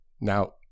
Now